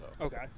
Okay